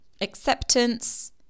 acceptance